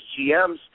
GMs